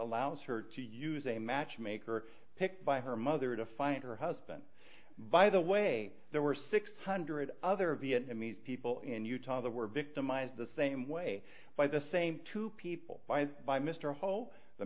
allows her to use a matchmaker picked by her mother to find her husband by the way there were six hundred other vietnamese people in utah the were victimized the same way by the same two people by mr hall the